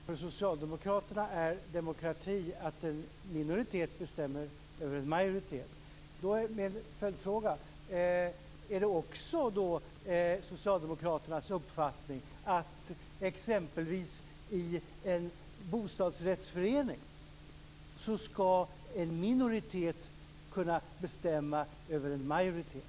Fru talman! Nu har vi fått klarlagt att för socialdemokraterna är demokrati att en minoritet bestämmer över en majoritet. Min följdfråga blir: Är det också då socialdemokraternas uppfattning att exempelvis i en bostadsrättsförening skall en minoritet kunna bestämma över en majoritet?